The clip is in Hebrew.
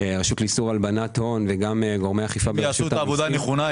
רשות לאיסור הלבנת הון וגם רשות- -- אם יעשו את העבודה הנכונה,